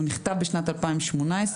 הוא נכתב בשנת 2018,